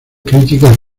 críticas